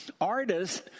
Artists